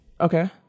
Okay